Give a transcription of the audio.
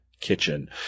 kitchen